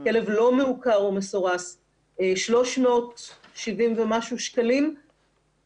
כלב לא מעוקר או מסורס 370 ומשהו שקלים,